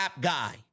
guy